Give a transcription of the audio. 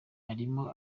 irimo